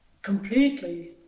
completely